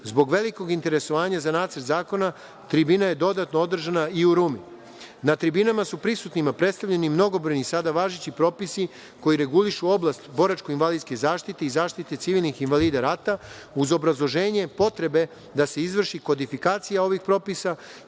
Zbog velikog interesovanja za Nacrt zakona tribina je dodatno održana i u Rumu. Na tribinama su prisutnima predstavljeni mnogobrojni sada važeći propisi koji regulišu oblast boračko-invalidske zaštite i zaštite civilnih invalida rata uz obrazloženje potrebe da se izvrši kodifikacija ovih propisa,